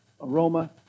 aroma